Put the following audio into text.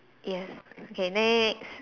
yes okay next